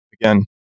again